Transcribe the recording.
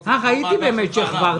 רוצה להגיד לך מה הוויכוח.